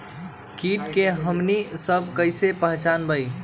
किट के हमनी सब कईसे पहचान बई?